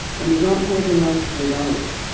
and you got paid the most for those.